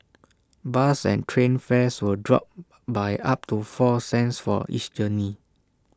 bus and train fares will drop by up to four cents for each journey